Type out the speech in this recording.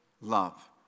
love